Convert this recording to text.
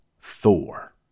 Thor